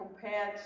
compared